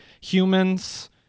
humans